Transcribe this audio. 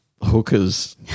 hookers